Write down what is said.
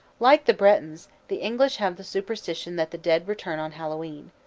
like the bretons, the english have the superstition that the dead return on hallowe'en.